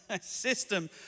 system